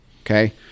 okay